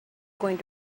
going